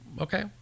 Okay